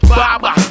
Baba